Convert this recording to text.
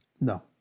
No